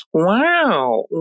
Wow